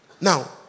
Now